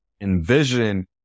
envision